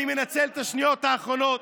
אני מנצל את השניות האחרונות